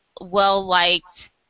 well-liked